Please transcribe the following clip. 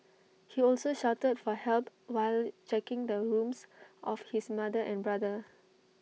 he also shouted for help while checking the rooms of his mother and brother